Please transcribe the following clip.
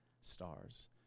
stars